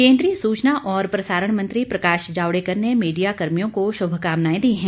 केन्द्रीय सूचना और प्रसारण मंत्री प्रकाश जावडेकर ने मीडियाकर्मियों को शुभकामनाएं दी हैं